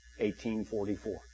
1844